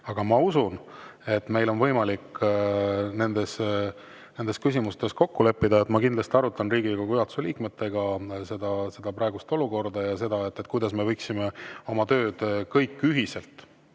aga ma usun, et meil on võimalik nendes küsimustes kokku leppida. Ma kindlasti arutan Riigikogu juhatuse liikmetega seda praegust olukorda ja seda, kuidas me võiksime oma tööd kõik ühiselt,